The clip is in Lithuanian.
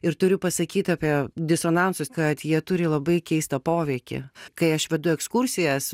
ir turiu pasakyt apie disonansus kad jie turi labai keistą poveikį kai aš vedu ekskursijas